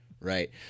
right